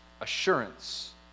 assurance